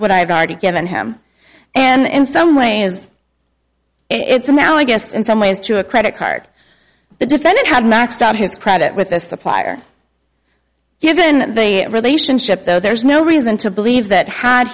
what i've already given him and in some way is it somehow i guess in some ways to a credit card the defendant had maxed out his credit with a supplier given the relationship though there's no reason to believe that h